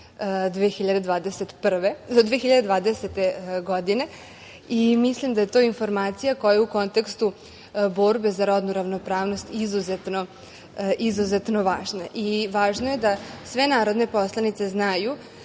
2020. godine. Mislim da je to informacija koja je u kontekstu borbe za rodnu ravnopravnost izuzetno važna. Važno je da sve narodne poslanice znaju